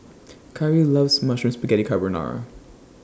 Khari loves Mushroom Spaghetti Carbonara